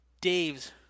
Dave's